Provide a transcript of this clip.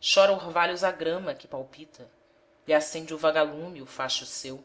chora orvalhos a grama que palpita lhe acende o vaga-lume o facho seu